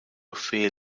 feel